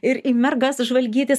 ir į mergas žvalgytis